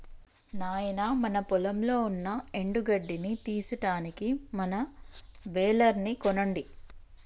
నాయినా మన పొలంలో ఉన్న ఎండు గడ్డిని తీసుటానికి మంచి బెలర్ ని కొనండి